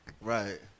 Right